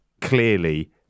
clearly